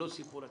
לא סיפור הצלחה?